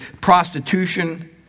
prostitution